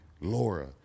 Laura